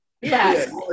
Yes